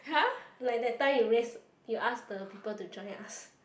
like that time you just you ask the people to join us